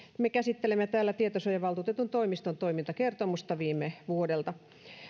me käsittelemme täällä tietosuojavaltuutetun toimiston toimintakertomusta viime vuodelta